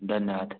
धन्यवाद